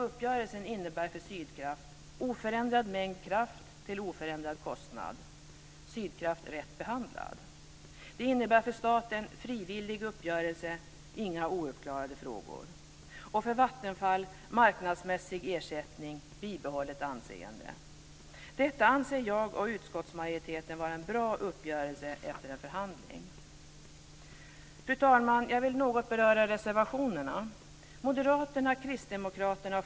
Det innebär för staten: Det innebär för Vattenfall: Detta anser jag och utskottsmajoriteten vara en bra uppgörelse efter en förhandling. Fru talman! Jag vill något beröra reservationerna.